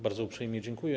Bardzo uprzejmie dziękuję.